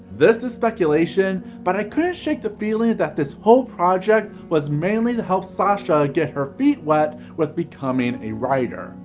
this is speculation, but i couldn't shake the feeling that this whole project was mainly to help sasha get her feet wet with becoming a writer.